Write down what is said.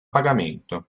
pagamento